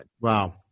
Wow